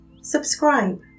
Subscribe